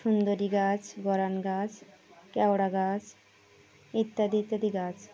সুন্দরী গাছ গরান গাছ কেওড়া গাছ ইত্যাদি ইত্যাদি গাছ